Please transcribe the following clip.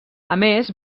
més